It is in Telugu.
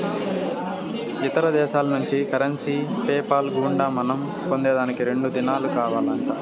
ఇతర దేశాల్నుంచి కరెన్సీ పేపాల్ గుండా మనం పొందేదానికి రెండు దినాలు కావాలంట